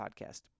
podcast